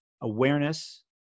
awareness